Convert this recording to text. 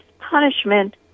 punishment